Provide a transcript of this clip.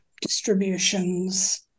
distributions